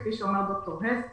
כפי שאומר ד"ר האס,